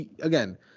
Again